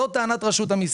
זאת טענת רשות המיסים.